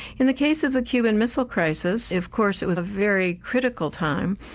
in the case of the cuban missile crisis, of course it was a very critical time,